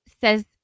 says